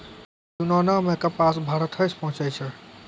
यूनानो मे कपास भारते से पहुँचलै